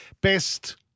Best